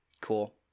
Cool